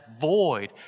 void